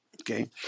okay